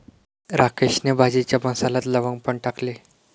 राकेशने भाजीच्या मसाल्यात लवंग पण टाकली